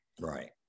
right